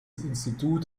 institut